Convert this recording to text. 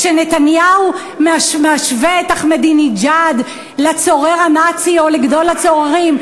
כשנתניהו משווה את אחמדינג'אד לצורר הנאצי או לגדול הצוררים,